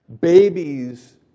Babies